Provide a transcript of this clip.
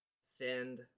send